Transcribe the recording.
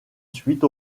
suite